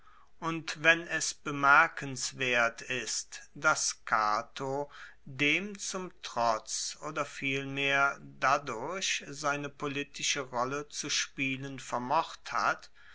und wenn es bemerkenswert ist dass cato dem zum trotz oder vielmehr dadurch seine politische rolle zu spielen vermocht hat